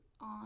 on